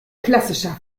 klassischer